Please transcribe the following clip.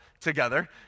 together